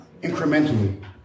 incrementally